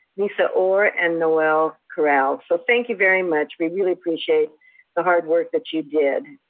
lisa orr, and noelle currell. so thank you very much, we really appreciate the hard work that you did.